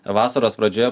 vasaros pradžioje